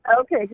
Okay